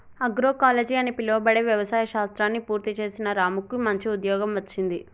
agroecology అని పిలువబడే వ్యవసాయ శాస్త్రాన్ని పూర్తి చేసిన రాముకు మంచి ఉద్యోగం వచ్చింది